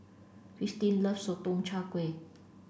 kirsten loves Sotong Char Kway